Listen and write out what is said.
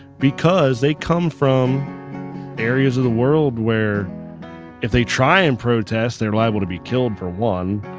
because they come from areas of the world where if they try and protest they're liable to be killed for one,